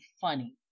funny